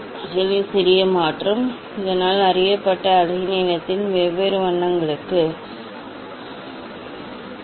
குறைந்தபட்ச விலகலின் சிறிய மாற்றம் இதனால் அறியப்பட்ட அலைநீளத்தின் வெவ்வேறு வண்ணங்களுக்கு இந்த குறைந்தபட்ச விலகலுக்கான குறைந்தபட்ச விலகலுக்கான குறைந்தபட்ச விலகலைக் கண்டுபிடிப்போம்